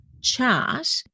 chart